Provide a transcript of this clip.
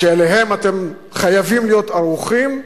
שאליהן אתם חייבים להיות ערוכים,